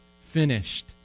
finished